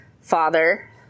Father